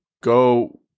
Go